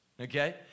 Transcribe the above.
Okay